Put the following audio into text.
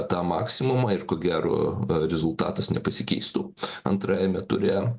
tą maksimumą ir ko gero rezultatas nepasikeistų antrajame ture